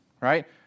right